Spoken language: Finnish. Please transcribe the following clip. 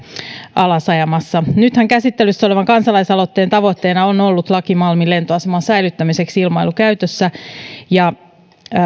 alas ajamassa nythän käsittelyssä olevan kansalaisaloitteen tavoitteena on ollut laki malmin lentoaseman säilyttämiseksi ilmailukäytössä